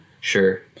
Sure